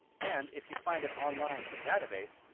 and, if you find it online in a database,